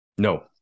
No